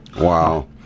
Wow